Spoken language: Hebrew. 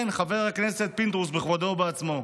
כן, חבר הכנסת פינדרוס בכבודו ובעצמו.